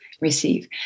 receive